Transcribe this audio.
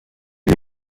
gli